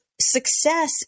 success